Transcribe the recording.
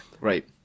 Right